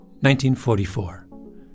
1944